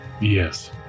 Yes